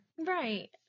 Right